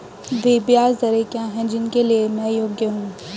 वे ब्याज दरें क्या हैं जिनके लिए मैं योग्य हूँ?